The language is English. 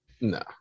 No